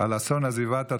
על אסון עזיבת התורה.